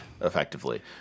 effectively